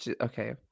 okay